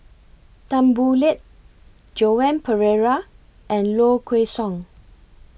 Tan Boo Liat Joan Pereira and Low Kway Song